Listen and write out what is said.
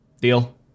Deal